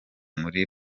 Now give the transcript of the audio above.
muri